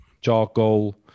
charcoal